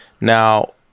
now